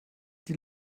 die